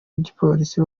w’igipolisi